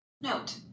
Note